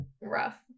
rough